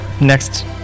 Next